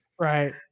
Right